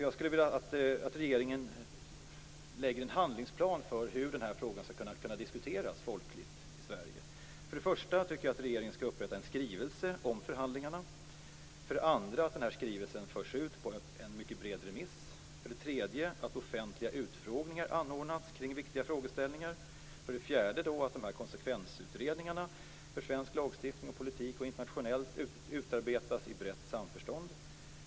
Jag skulle vilja att regeringen lägger upp en handlingsplan för hur den här frågan skall kunna diskuteras folkligt i Sverige. För det första tycker jag att regeringen skall upprätta en skrivelse om förhandlingarna. För det andra bör den här skrivelsen föras ut på en mycket bred remiss. För det tredje tycker jag att offentliga utfrågningar skall anordnas kring viktiga frågeställningar. För det fjärde bör dessa konsekvensutredningar för svensk lagstiftning, politik och internationellt arbete utarbetas i brett samförstånd.